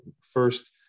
first